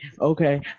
okay